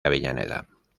avellaneda